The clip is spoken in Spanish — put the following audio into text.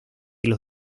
los